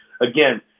again